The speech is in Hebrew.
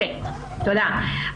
בבקשה.